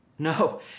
No